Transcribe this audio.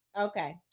Okay